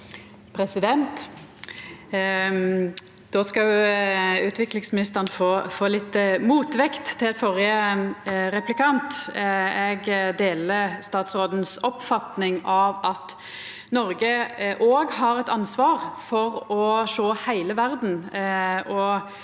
Då skal utviklingsmi- nisteren få litt motvekt til førre replikant. Eg deler statsrådens oppfatning av at Noreg òg har eit ansvar for å sjå heile verda